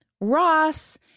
Ross